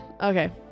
okay